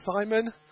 Simon